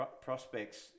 prospects